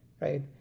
right